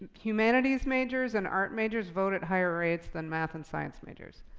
humanities majors and art majors vote at higher rates than math and science majors.